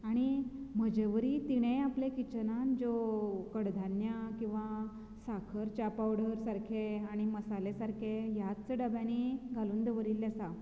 आनी म्हजेवरी तिणेंय आपले किचनांत ज्यो कडधान्यां किंवां साखर च्या पावडर सारके आनी मसाले सारके ह्याच्च डब्यांनी घालून दवरिल्ले आसात